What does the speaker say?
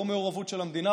לא מעורבות של המדינה,